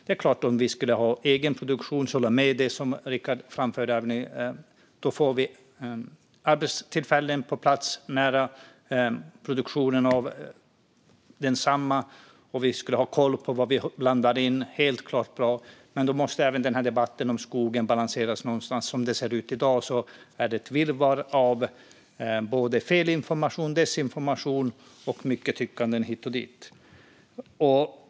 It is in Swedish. Jag håller dock med om det som Rickard framförde att det skulle gälla om vi skulle ha egen produktion. Då skulle vi få arbetstillfällen på plats nära produktionen, och vi skulle ha koll på vad vi blandade in. Det vore helt klart bra, men då måste även debatten om skogen balanseras. Som det ser ut i dag är det ett virrvarr av fel information och desinformation och mycket tyckande hit och dit.